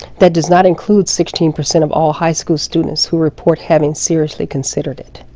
that does not include sixteen percent of all high school students who report having seriously considered it.